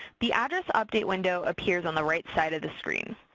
the address update window appears on the right side of the screen.